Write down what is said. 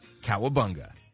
Cowabunga